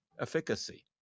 efficacy